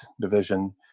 division